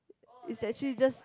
it's actually just